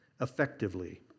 effectively